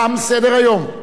תם סדר-היום.